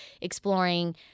exploring